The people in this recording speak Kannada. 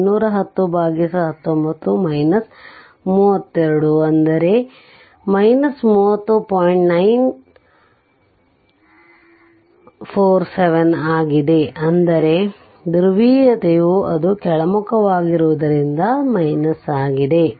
947 ಅಂದರೆ ಧ್ರುವೀಯತೆಯು ಅದು ಕೆಳಮುಖವಾಗಿರುತ್ತದೆ